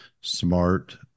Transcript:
smart